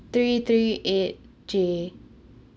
three three eight J